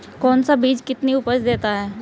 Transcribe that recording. कौन सा बीज कितनी उपज देता है?